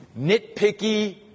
nitpicky